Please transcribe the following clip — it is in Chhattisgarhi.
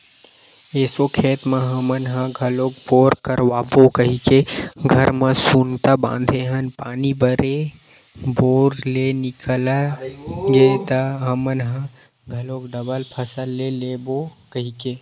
एसो खेत म हमन ह घलोक बोर करवाबो कहिके घर म सुनता बांधे हन पानी बने बोर ले निकल गे त हमन ह घलोक डबल फसल ले लेबो कहिके